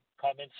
comments